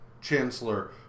Chancellor